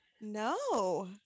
no